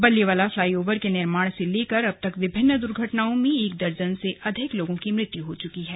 Balliwala flyover के निर्माण से लेकर अब तक विभिन्न दुर्घटनाओं में एक दर्जन से अधिक लोगों की मृत्यु हो चुकी हैं